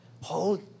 Hold